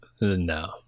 No